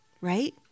right